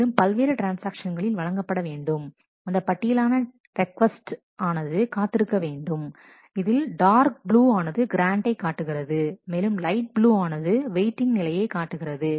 மேலும் பல்வேறு ட்ரான்ஸ்ஆக்ஷன்களில் வழங்கப்பட வேண்டும் அந்த பட்டியல் ஆன ரெக்கொஸ்ட் ஆனது காத்து இருக்க வேண்டும் இதில் டார்க் ப்ளூ ஆனது கிராண்ட்டை காட்டுகிறது மேலும் லைட் ப்ளு வானது வெயிட்டிங் நிலையை காட்டுகிறது